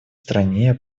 стране